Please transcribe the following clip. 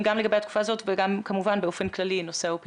גם לגבי התקופה הזאת וגם כמובן באופן כללי בנושא האופיאודים.